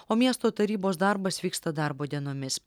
o miesto tarybos darbas vyksta darbo dienomis